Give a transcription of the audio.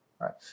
Right